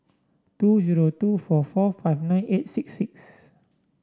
two zero two four four five nine eight six six